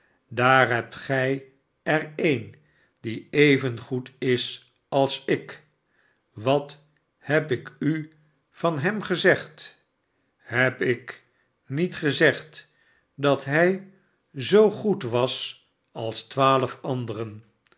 daar hebt gij er een die evengoed is als ik wat heb ik u van hem gezegd heb ik niet gezegd dat hij zoo goed was als twaalf anderen